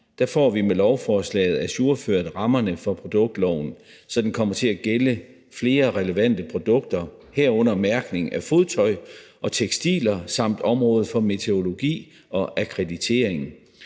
får vi med lovforslaget ajourført rammerne for produktloven, så den kommer til at gælde for flere relevante produkter, herunder mærkning af fodtøj og tekstiler samt området for metrologi og akkreditering.